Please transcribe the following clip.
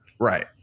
right